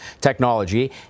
technology